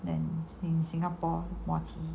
and in singapore muah chee